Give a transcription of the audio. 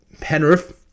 Penrith